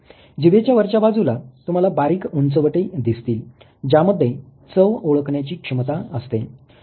जिभेच्या वरच्या बाजूला तुम्हाला बारीक उंचवटे दिसतील ज्यामध्ये चव ओळखण्याची क्षमता असते